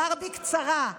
אומר בקצרה: